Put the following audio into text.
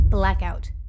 Blackout